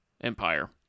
empire